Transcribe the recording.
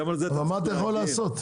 אבל מה אתה יכול לעשות?